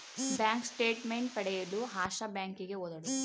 bank statement ಪಡೆಯಲು ಆಶಾ ಬ್ಯಾಂಕಿಗೆ ಹೋದಳು